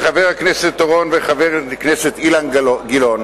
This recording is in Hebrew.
חבר הכנסת אורון וחבר הכנסת אילן גילאון